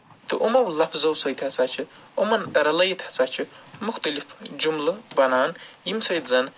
تہٕ یِمَو لَفظو سۭتۍ ہسا چھِ یِمَن رَلٲوِتھ ہسا چھُ مُختٔلِف جُملہٕ بَنان ییٚمہِ سۭتۍ زَن